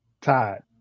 Todd